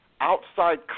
outside